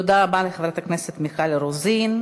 תודה רבה לחברת הכנסת מיכל רוזין.